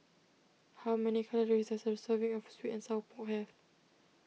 how many calories does a serving of Sweet and Sour Pork have